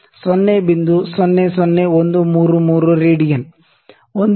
00133 radian 1 ಮಿ